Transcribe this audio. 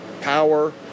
power